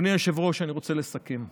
אדוני היושב-ראש, אני רוצה לסכם.